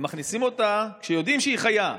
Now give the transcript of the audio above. ומכניסים אותה, כשיודעים שהיא חיה,